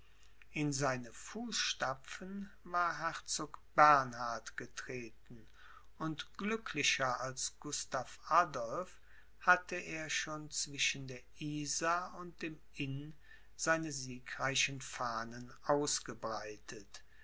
in seine fußstapfen war herzog bernhard getreten und glücklicher als gustav adolph hatte er schon zwischen der isar und dem inn seine siegreichen fahnen ausgebreitet